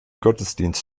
gottesdienst